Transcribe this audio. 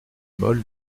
mole